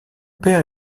père